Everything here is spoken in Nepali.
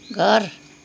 घर